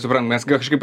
suprantat mes kažkaip